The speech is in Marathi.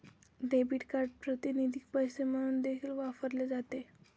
डेबिट कार्ड प्रातिनिधिक पैसे म्हणून देखील वापरले जाते